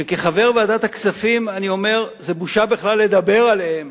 שכחבר ועדת הכספים אני אומר: זה בושה בכלל לדבר עליהם,